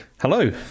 Hello